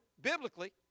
biblically